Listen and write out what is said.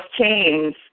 chains